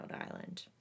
Island